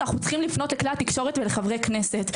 אנחנו צריכים לפנות לכלי התקשורת ולחברי כנסת.